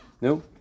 No